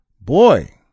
boy